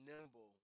nimble